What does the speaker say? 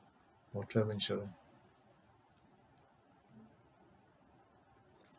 for travel insturance